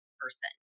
person